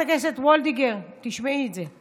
חברת הכנסת וולדיגר, תשמעי את זה.